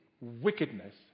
wickedness